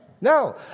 No